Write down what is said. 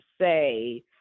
say